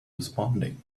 responding